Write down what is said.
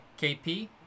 KP